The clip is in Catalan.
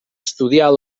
estudiar